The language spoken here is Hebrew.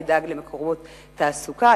נדאג למקורות תעסוקה,